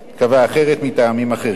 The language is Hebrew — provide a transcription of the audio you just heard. קבע אחרת מטעמים אחרים.